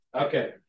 Okay